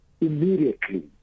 immediately